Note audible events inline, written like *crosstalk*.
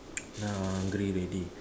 *noise* now hungry already